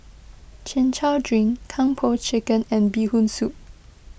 Chin Chow Drink Kung Po Chicken and Bee Hoon Soup